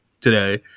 today